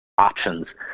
options